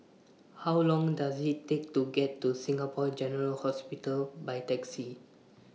How Long Does IT Take to get to Singapore General Hospital By Taxi